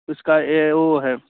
इसका यह वह है